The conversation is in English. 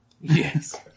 Yes